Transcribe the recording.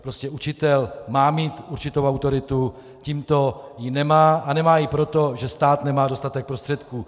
Prostě učitel má mít určitou autoritu, tímto ji nemá, a nemá ji proto, že stát nemá dostatek prostředků.